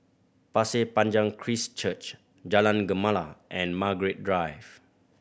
Pasir Panjang Christ Church Jalan Gemala and Margaret Drive